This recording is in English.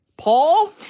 Paul